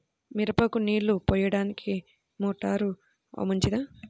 మిరపకు నీళ్ళు పోయడానికి మోటారు మంచిదా?